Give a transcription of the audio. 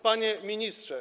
Panie Ministrze!